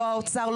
לא האוצר,